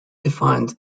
defined